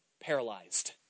paralyzed